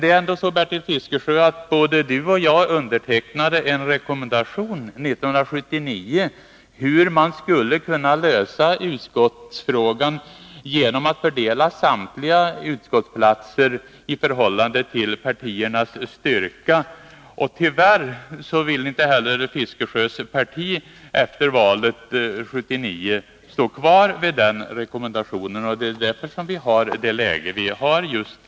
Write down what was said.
Och både Bertil Fiskesjö och jag undertecknade 1979 en rekommendation om hur man skulle kunna lösa utskottsfrågan genom att fördela samtliga utskottsplatser i förhållande till partiernas styrka. Tyvärr ville inte Bertil Fiskesjös parti efter valet 1979 stå kvar vid denna rekommendation. Nr 145 Det är därför som vi har det läge som i dag råder.